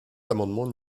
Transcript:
l’amendement